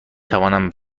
توانم